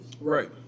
Right